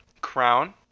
crown